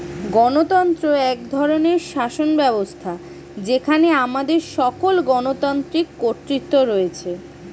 গণতন্ত্র এক ধরনের শাসনব্যবস্থা যেখানে আমাদের সকল গণতান্ত্রিক কর্তৃত্ব রয়েছে